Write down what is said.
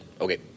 Okay